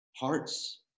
Hearts